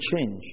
change